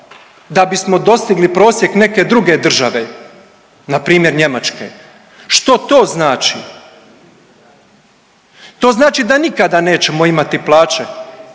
da bismo dostigli prosjek neke druge države, npr. Njemačke. Što to znači? To znači da nikada nećemo imati plaće